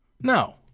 No